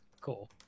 cool